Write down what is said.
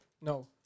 No